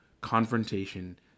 confrontation